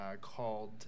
called